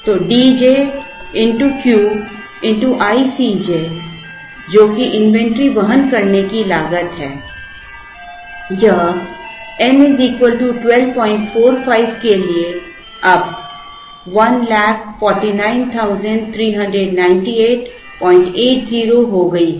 तो Dj n x Q x i C j जो कि इन्वेंट्री वहन करने की लागत है यह n 1245 के लिए अब 14939880 हो गई है